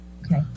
Okay